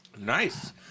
nice